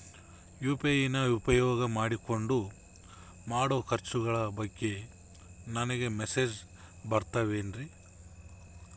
UPI ನ ಉಪಯೋಗ ಮಾಡಿಕೊಂಡು ಮಾಡೋ ಖರ್ಚುಗಳ ಬಗ್ಗೆ ನನಗೆ ಮೆಸೇಜ್ ಬರುತ್ತಾವೇನ್ರಿ?